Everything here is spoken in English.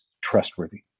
trustworthy